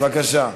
בבקשה.